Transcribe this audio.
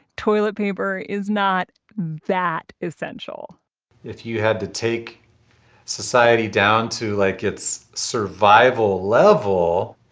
toilet paper is not that essential f you had to take society down to like, it's survival level,